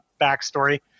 backstory